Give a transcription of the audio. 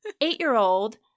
eight-year-old